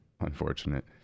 unfortunate